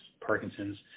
Parkinson's